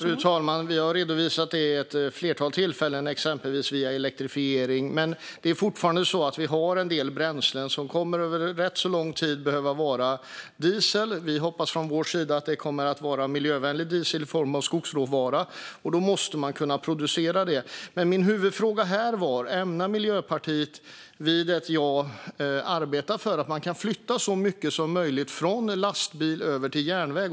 Fru talman! Vi har redovisat det vid ett flertal tillfällen - det skulle exempelvis ske via elektrifiering. Men vi har fortfarande en del bränslen som under ganska lång tid kommer att behöva vara diesel. Vi hoppas att det kommer att vara miljövänlig diesel i form av skogsråvara. Då måste man kunna producera det. Min huvudfråga var: Ämnar Miljöpartiet, vid ett ja, arbeta för att man kan flytta över så mycket som möjligt från lastbil till järnväg?